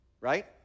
right